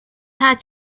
had